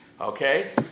Okay